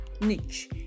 niche